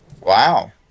Wow